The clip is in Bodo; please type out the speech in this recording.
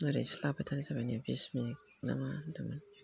ओरैनैसो लाबाय थानाय जाबाय बिस मिनिट ना मा होनदोंमोन